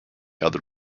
other